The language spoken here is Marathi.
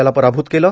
याला पराभूत केलं